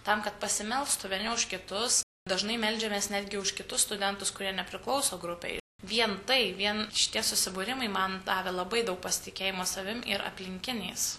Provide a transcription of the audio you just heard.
tam kad pasimelstų vieni už kitus dažnai meldžiamės netgi už kitus studentus kurie nepriklauso grupei vien tai vien šitie susibūrimai man davė labai daug pasitikėjimo savim ir aplinkiniais